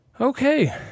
Okay